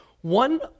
one